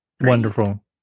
Wonderful